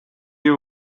you